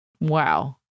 Wow